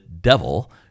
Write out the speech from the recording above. devil